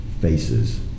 faces